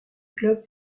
club